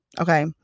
Okay